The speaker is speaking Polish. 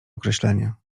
określenie